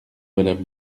madame